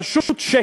פשוט שקר.